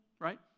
right